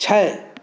छै